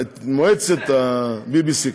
את מועצת ה-BBC,